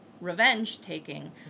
revenge-taking